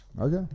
Okay